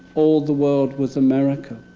all the world was america.